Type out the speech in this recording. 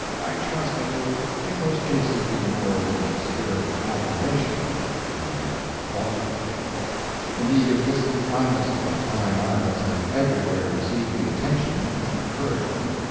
i trust it will in most cases be more in a spirit of admiration than of fault-finding indeed, if this finest of the fine arts had everywhere received the attention, encouragement,